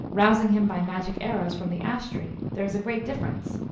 rousing him by magic arrows from the ash-tree, there is a great difference.